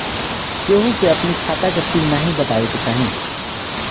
केहू के अपनी खाता के पिन नाइ बतावे के चाही